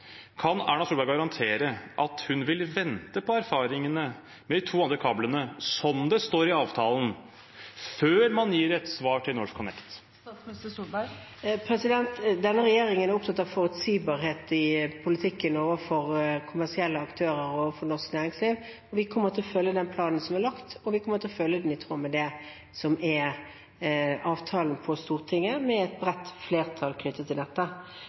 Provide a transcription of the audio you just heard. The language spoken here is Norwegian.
Kan Erna Solberg garantere at hun vil vente på erfaringene med de to andre kablene, som det står i avtalen, før man gir et svar til NorthConnect? Denne regjeringen er opptatt av forutsigbarhet i politikken overfor kommersielle aktører og overfor norsk næringsliv. Vi kommer til å følge den planen som er lagt, og vi kommer til å følge den i tråd med det som er avtalen på Stortinget, med et bredt flertall knyttet til dette.